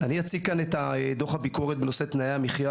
אציג את דוח הביקורת בנושא תנאי המחייה